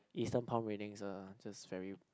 Eastern palm readings are just very